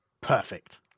Perfect